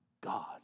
God